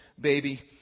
baby